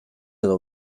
edo